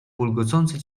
bulgocące